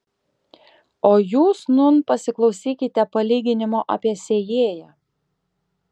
o jūs nūn pasiklausykite palyginimo apie sėjėją